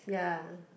ya